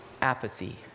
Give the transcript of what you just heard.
apathy